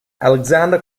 alexander